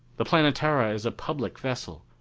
the planetara is a public vessel.